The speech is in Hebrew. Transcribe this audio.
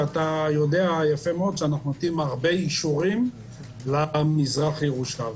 ואתה יודע יפה מאוד שאנחנו נותנים הרבה אישורים למזרח ירושלמים,